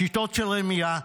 שיטות של רמייה,